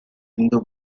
hindu